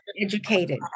educated